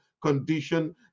condition